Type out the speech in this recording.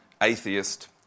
atheist